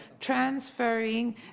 transferring